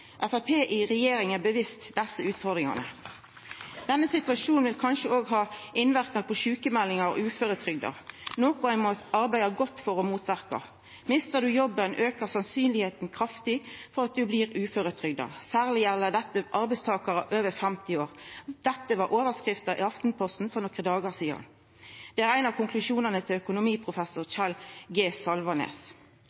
Framstegspartiet i regjering er bevisst desse utfordringane. Denne situasjonen vil kanskje òg ha innverknad på sjukemeldingar og uføretrygda, noko ein må arbeida godt for å motverka. Mistar ein jobben, aukar sannsynet kraftig for at ein blir uføretrygda. Særleg gjeld dette arbeidstakarar over 50 år. Dette var overskrifta i Aftenposten for nokre dagar sidan, og det er ein av konklusjonane til økonomiprofessor Kjell G. Salvanes.